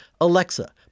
Alexa